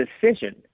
decision